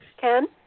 Ken